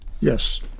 Yes